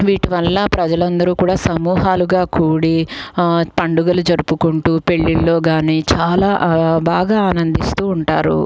వీటి వల్ల ప్రజలందరూ కూడా సమూహాలుగా కూడి పండుగలు జరుపుకుంటూ పెళ్ళిళ్ళో గానీ చాలా బాగా ఆనందిస్తూ ఉంటారు